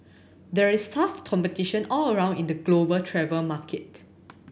there is tough competition all around in the global travel market